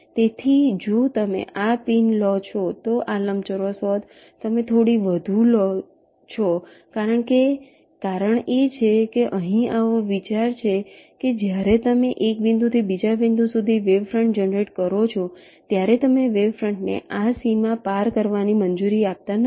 તેથી જો તમે આ પિન લો છો તો આ લંબચોરસ હોત તમે થોડી વધુ લો છો કારણ કે કારણ એ છે કે અહીં એવો વિચાર છે કે જ્યારે તમે એક બિંદુથી બીજા બિંદુ સુધી વેવ ફ્રંટ જનરેટ કરો છો ત્યારે તમે વેવ ફ્રંટ ને આ સીમા પાર કરવાની મંજૂરી આપતા નથી